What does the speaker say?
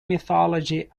mythology